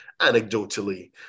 anecdotally